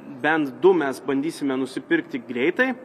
bent du mes bandysime nusipirkti greitai